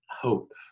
hope